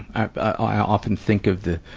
and i'll often think of the,